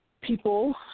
people